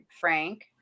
Frank